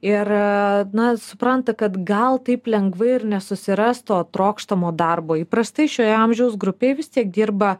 ir na supranta kad gal taip lengvai ir nesusiras to trokštamo darbo įprastai šioje amžiaus grupėj vis tiek dirba